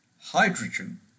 hydrogen